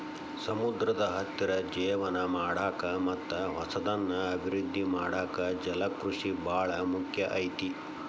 ಸಮುದ್ರದ ಹತ್ತಿರ ಜೇವನ ಮಾಡಾಕ ಮತ್ತ್ ಹೊಸದನ್ನ ಅಭಿವೃದ್ದಿ ಮಾಡಾಕ ಜಲಕೃಷಿ ಬಾಳ ಮುಖ್ಯ ಐತಿ